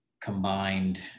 combined